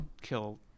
kill